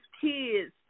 kids